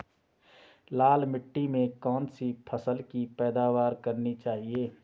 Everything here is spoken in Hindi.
लाल मिट्टी में कौन सी फसल की पैदावार करनी चाहिए?